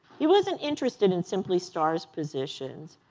he wasn't interested in simply stars' positions,